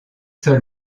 sols